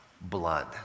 blood